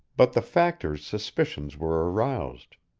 but the factor's suspicions were aroused.